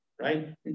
right